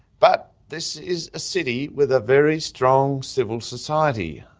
but this is a city with a very strong civil society,